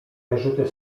wyrzuty